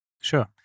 Sure